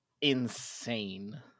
insane